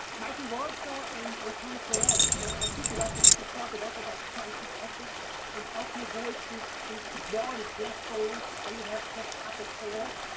michael wartser and and tom sorrell were two philosophers who fought a lot about crisis ethics and how to avoid this this moral black hole that you have, just utter chaos,